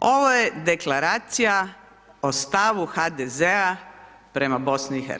Ovo je deklaracija o stavu HDZ-a prema BiH,